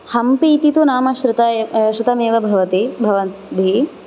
हम्पि इति तु नाम श्रुता श्रुतमेव भवति भवद्भिः